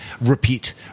repeat